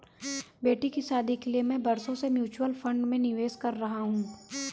बेटी की शादी के लिए मैं बरसों से म्यूचुअल फंड में निवेश कर रहा हूं